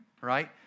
right